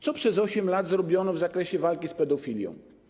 Co przez 8 lat zrobiono w zakresie walki z pedofilią?